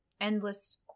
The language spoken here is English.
Endless